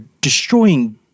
destroying